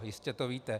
Jistě to víte.